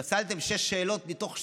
פסלתם שש שאלות מתוך 12,